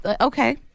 Okay